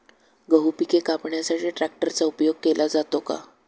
गहू पिके कापण्यासाठी ट्रॅक्टरचा उपयोग केला जातो का?